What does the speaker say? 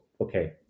okay